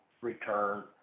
return